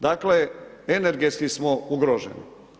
Dakle, energetski smo ugroženi.